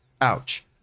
ouch